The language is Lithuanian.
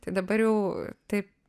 tai dabar jau taip